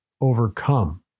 overcome